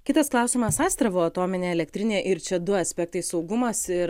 kitas klausimas astravo atominė elektrinė ir čia du aspektai saugumas ir